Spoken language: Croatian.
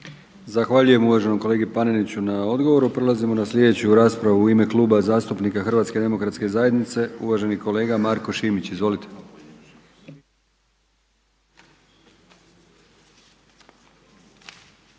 Zahvaljujem uvaženom kolegi Paneniću na odgovoru. Prelazimo na sljedeću raspravu u ime Kluba zastupnika Hrvatske demokratske zajednice uvaženi kolega Marko Šimić, izvolite.